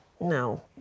No